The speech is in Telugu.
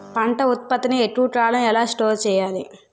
పంట ఉత్పత్తి ని ఎక్కువ కాలం ఎలా స్టోర్ చేయాలి?